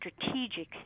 strategic